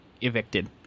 evicted